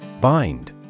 Bind